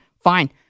Fine